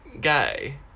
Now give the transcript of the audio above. gay